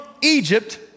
Egypt